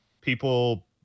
People